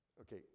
Okay